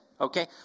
okay